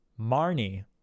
Marnie